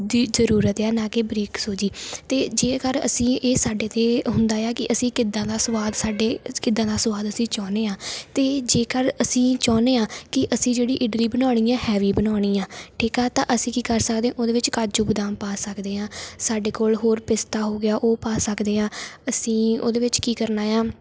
ਦੀ ਜ਼ਰੂਰਤ ਹੈ ਨਾ ਕਿ ਬਰੀਕ ਸੂਜੀ ਅਤੇ ਜੇਕਰ ਅਸੀਂ ਇਹ ਸਾਡੇ 'ਤੇ ਹੁੰਦਾ ਆ ਕਿ ਅਸੀਂ ਕਿੱਦਾਂ ਦਾ ਸੁਆਦ ਸਾਡੇ ਕਿੱਦਾਂ ਦਾ ਸਵਾਦ ਅਸੀਂ ਚਾਹੁੰਦੇ ਹਾਂ ਅਤੇ ਜੇਕਰ ਅਸੀਂ ਚਾਹੁੰਦੇ ਹਾਂ ਕਿ ਅਸੀਂ ਜਿਹੜੀ ਇਡਲੀ ਬਣਾਉਣੀ ਹੈ ਹੈਵੀ ਬਣਾਉਣੀ ਹੈ ਠੀਕ ਆ ਤਾਂ ਅਸੀਂ ਕੀ ਕਰ ਸਕਦੇ ਉਹਦੇ ਵਿੱਚ ਕਾਜੂ ਬਦਾਮ ਪਾ ਸਕਦੇ ਹਾਂ ਸਾਡੇ ਕੋਲ ਹੋਰ ਪਿਸਤਾ ਹੋ ਗਿਆ ਉਹ ਪਾ ਸਕਦੇ ਹਾਂ ਅਸੀਂ ਉਹਦੇ ਵਿੱਚ ਕੀ ਕਰਨਾ ਆ